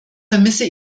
vermisse